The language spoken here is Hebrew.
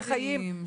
נורמטיביים.